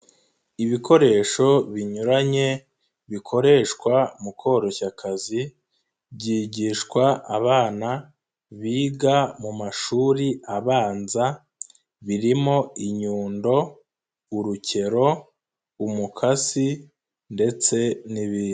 Ibikoresho binyuranye bikoreshwa mu koroshya akazi, byigishwa abana biga mu mashuri abanza, birimo inyundo, urukero, umukasi ndetse n'ibindi.